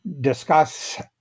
discuss